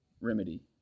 remedy